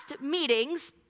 meetings